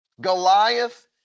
Goliath